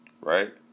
right